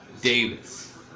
Davis